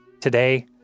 Today